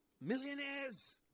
millionaires